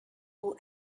all